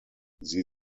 sie